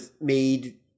made